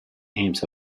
aims